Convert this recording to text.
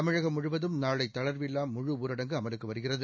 தமிழகம் முழுவதும் நாளை தளர்வில்லா முழுஊரடங்கு அமலுக்கு வருகிறது